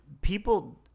People